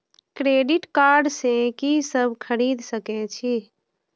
Credit card से की सब खरीद सकें छी?